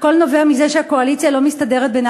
הכול נובע מזה שהקואליציה לא מסתדרת בינה